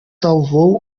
salvou